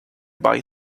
boy